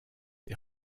est